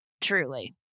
truly